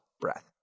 breath